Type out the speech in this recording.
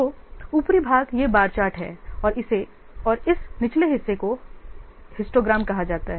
तो ऊपरी भाग यह बार चार्ट है और इस निचले हिस्से को हिस्टोग्राम कहा जाता है